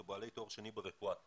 ובעלי תואר שני ברפואה 10%,